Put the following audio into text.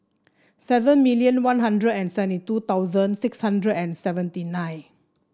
seven million One Hundred and seventy two thousand six hundred and seventy nine